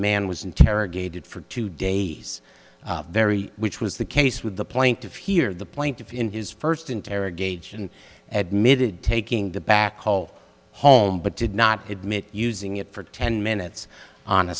man was interrogated for two days very which was the case with the plaintiff here the plaintiff in his first interrogation admitting taking the back call home but did not admit using it for ten minutes on a